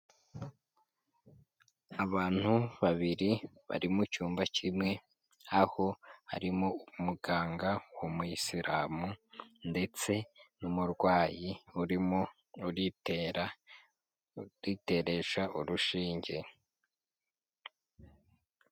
Abantu babiri bari mu cyumba kimwe aho harimo umuganga w'umuyisilamu ndetse n'umurwayi urimo uritera uriteresha urushinge.